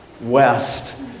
west